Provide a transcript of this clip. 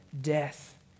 death